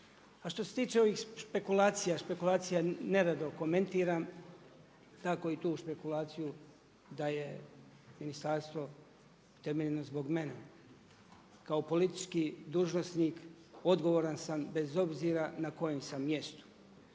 A što se tiče ovih špekulacija, špekulacije nerado komentiram, tako i tu špekulaciju da je ministarstvo utemeljio zbog mene. Kao politički dužnosnik odgovoran sam bez obzira na kojem sam mjestu